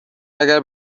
اگه